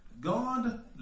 God